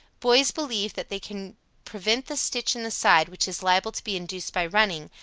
boys believe that they can prevent the stitch in the side which is liable to be induced by running,